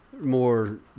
More